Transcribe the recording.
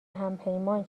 همپیمان